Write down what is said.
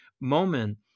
moment